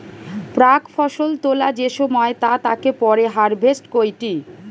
প্রাক ফসল তোলা যে সময় তা তাকে পরে হারভেস্ট কইটি